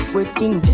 Waiting